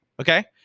Okay